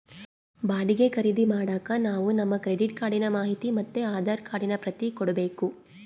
ಬಾಡಿಗೆ ಖರೀದಿ ಮಾಡಾಕ ನಾವು ನಮ್ ಕ್ರೆಡಿಟ್ ಕಾರ್ಡಿನ ಮಾಹಿತಿ ಮತ್ತೆ ಆಧಾರ್ ಕಾರ್ಡಿನ ಪ್ರತಿ ಕೊಡ್ಬಕು